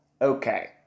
Okay